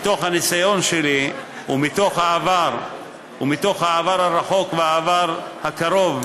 מהניסיון שלי, ומהעבר, ומהעבר הרחוק והעבר הקרוב,